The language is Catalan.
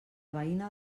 veïna